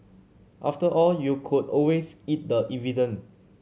after all you could always eat the evidence